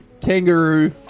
Kangaroo